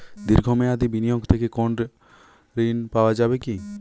দীর্ঘ মেয়াদি বিনিয়োগ থেকে কোনো ঋন পাওয়া যাবে কী?